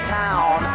town